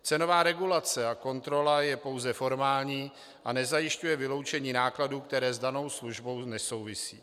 Cenová regulace a kontrola je pouze formální a nezajišťuje vyloučení nákladů, které s danou službou nesouvisí.